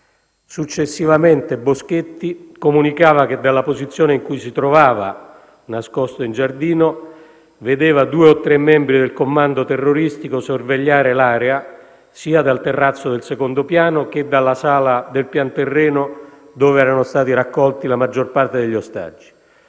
Successivamente, Boschetti comunicava che dalla posizione in cui si trovava, nascosto in giardino, vedeva due o tre membri del commando terroristico sorvegliare l'area, sia dal terrazzo del secondo piano che dalla sala del piano terreno, dove erano stati raccolti la maggior parte degli ostaggi,